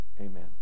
Amen